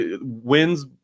Wins